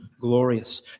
glorious